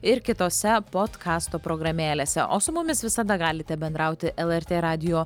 ir kitose potkasto programėlėse o su mumis visada galite bendrauti lrt radijo